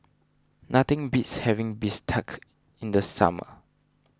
nothing beats having Bistake in the summer